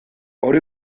hori